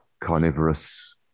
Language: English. carnivorous